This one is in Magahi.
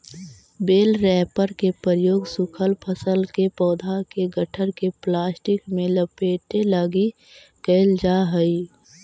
बेल रैपर के प्रयोग सूखल फसल के पौधा के गट्ठर के प्लास्टिक में लपेटे लगी कईल जा हई